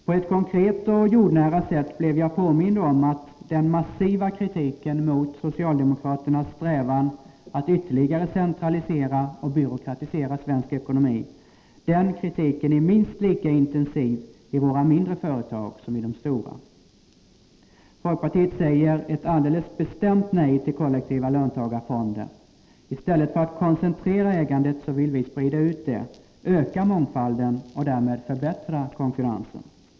På ett konkret och jordnära sätt blev jag påmind om att den massiva kritiken mot socialdemokraternas strävan att ytterligare centralisera och byråkratisera svensk ekonomi är minst lika intensiv i våra mindre företag som i de stora. Folkpartiet säger ett alldeles bestämt nej till kollektiva löntagarfonder. I stället för att koncentrera ägandet vill vi sprida ut det, öka mångfalden och därmed förbättra konkurrensen.